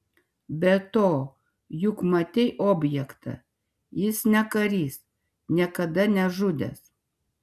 be to juk matei objektą jis ne karys niekada nežudęs